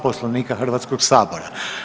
Poslovnika Hrvatskog sabora.